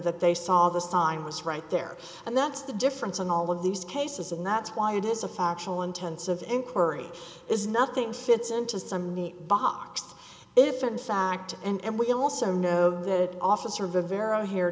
that they saw the sign was right there and that's the difference in all of these cases and that's why it is a factual intensive inquiry is nothing fits into some neat box if in fact and we also know that officer vero here